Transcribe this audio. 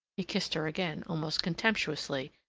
he kissed her again, almost contemptuously,